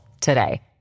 today